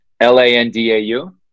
L-A-N-D-A-U